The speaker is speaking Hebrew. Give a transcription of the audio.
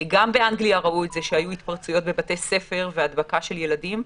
גם באנגליה ראו את זה שהיו התפרצויות בבתי ספר והדבקה של ילדים,